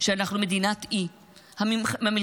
שאנחנו מדינת אי --- והקורונה.